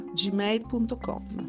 gmail.com